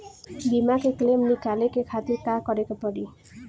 बीमा के क्लेम निकाले के खातिर का करे के पड़ी?